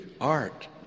art